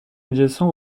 adjacent